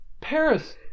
Paris